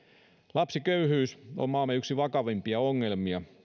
lapsiköyhyys on maamme yksi vakavimpia ongelmia